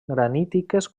granítiques